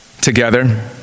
together